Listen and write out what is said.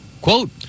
quote